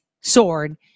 sword